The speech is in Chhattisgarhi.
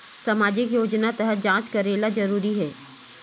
सामजिक योजना तहत जांच करेला जरूरी हे